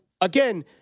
again